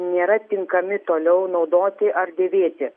nėra tinkami toliau naudoti ar dėvėti